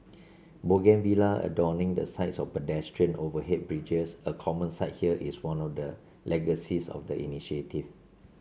bougainvillea adorning the sides of pedestrian overhead bridges a common sight here is one of the legacies of the initiative